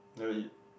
never eat